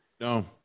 no